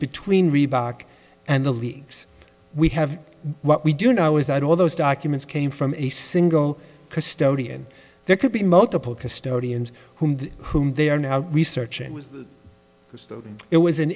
between reebok and the leagues we have what we do know is that all those documents came from a single custodian there could be multiple custodians whom whom they are now researching with it was an